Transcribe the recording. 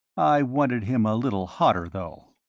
i wanted him a little hotter though.